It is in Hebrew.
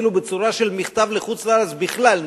אפילו בצורה של מכתב לחוץ-לארץ בכלל.